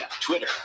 Twitter